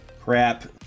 Crap